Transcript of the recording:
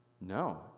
No